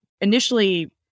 initially